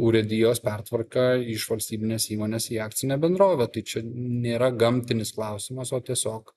urėdijos pertvarka iš valstybinės įmonės į akcinę bendrovę tai čia nėra gamtinis klausimas o tiesiog